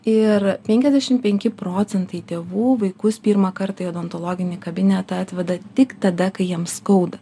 ir penkiasdešimt penki procentai tėvų vaikus pirmą kartą į odontologinį kabinetą atveda tik tada kai jiems skauda